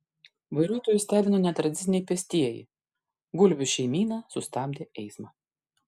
vairuotojus stebino netradiciniai pėstieji gulbių šeimyna sustabdė eismą